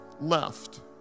left